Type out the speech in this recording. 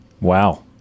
Wow